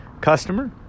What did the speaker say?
customer